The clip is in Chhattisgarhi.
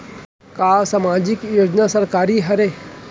का सामाजिक योजना सरकारी हरे?